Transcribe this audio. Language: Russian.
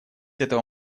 этого